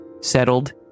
settled